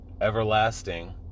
everlasting